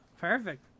Perfect